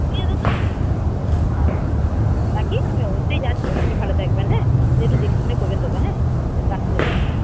দাদা আচ্ছা রাখি আমি অবশ্যই যাচ্ছি আপনি ভালো থাকবেন হ্যাঁ কিন্তু একটু দেখে শুনে করবেন দাদা হ্যাঁ রাখছি দাদা